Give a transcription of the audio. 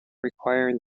requiring